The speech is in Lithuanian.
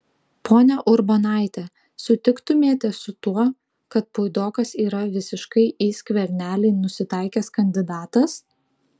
ponia urbonaite sutiktumėte su tuo kad puidokas yra visiškai į skvernelį nusitaikęs kandidatas